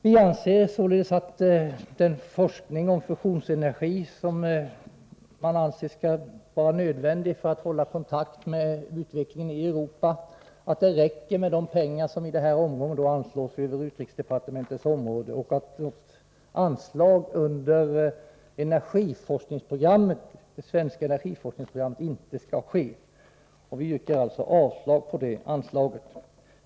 Vi anser således att när det gäller forskning om fusionsenergi, som man säger vara nödvändig för att hålla kontakt med utvecklingen i Europa, räcker det med de pengar som nu anslås över utrikesdepartementets område och att anslag från det svenska energiforskningsprogrammet inte skall utgå. Vi yrkar alltså avslag på detta anslag.